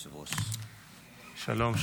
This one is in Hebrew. אדוני היושב-ראש, שלום.